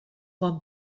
bon